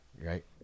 right